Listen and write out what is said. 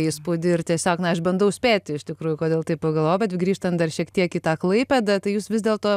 įspūdį ir tiesiog na aš bandau spėti iš tikrųjų kodėl taip pagalvo bet grįžtant dar šiek tiek į tą klaipėdą tai jūs vis dėlto